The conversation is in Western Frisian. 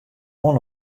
oan